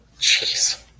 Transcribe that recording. jeez